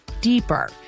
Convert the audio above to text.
deeper